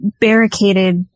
barricaded